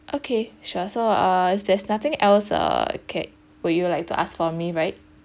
okay sure so uh if there's nothing else err okay would you like to ask from me right